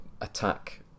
attack